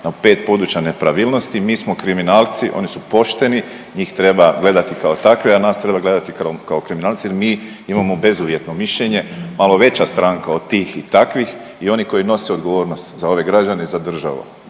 5 područja nepravilnosti mi smo kriminalci, oni su pošteni, njih treba gledati kao takve, a nas treba gledati kao kriminalce jer mi imamo bezuvjetno mišljenje, malo veća stranka od tih i takvih i oni koji nose odgovornost za ove građane i za državu.